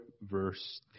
verse